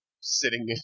sitting